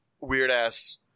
weird-ass